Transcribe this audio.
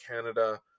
Canada